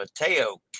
Mateo